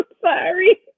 Sorry